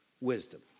wisdom